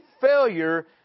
failure